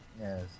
Yes